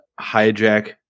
hijack